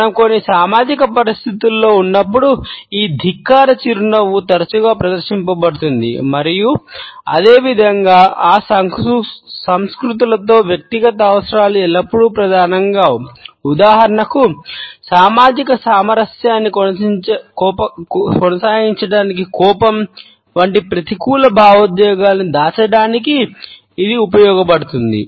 మనం కొన్ని సామాజిక పరిస్థితులలో ఉన్నప్పుడు ఈ ధిక్కార చిరునవ్వు కొనసాగించడానికి కోపం వంటి ప్రతికూల భావోద్వేగాలను దాచడానికి ఇది ఉపయోగించబడుతుంది